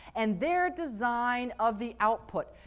and their design of the output.